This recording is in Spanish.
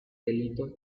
delito